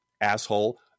asshole